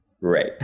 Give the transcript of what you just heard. Right